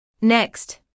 Next